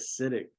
acidic